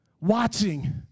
watching